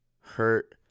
Hurt